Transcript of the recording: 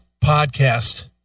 podcast